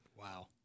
Wow